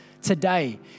today